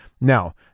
Now